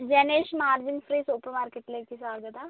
Janesh margin free super മാർക്കറ്റിലേക്ക് സ്വാഗതം